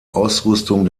ausrüstung